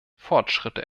fortschritte